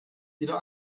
wieder